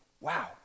wow